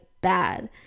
bad